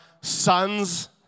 sons